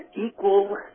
equal